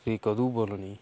ते कदूं बोलनी